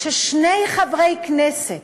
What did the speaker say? ששני חברי כנסת